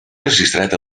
registrat